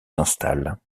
s’installent